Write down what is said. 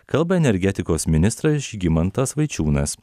kalba energetikos ministras žygimantas vaičiūnas